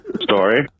Story